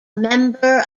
member